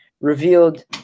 revealed